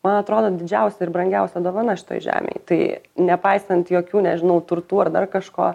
man atrodo didžiausia ir brangiausia dovana šitoj žemėj tai nepaisant jokių nežinau turtų ar dar kažko